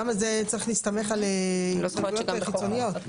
למה זה צריך להסתמך על פעילויות חיצוניות?